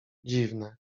dziwne